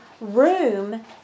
room